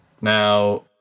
Now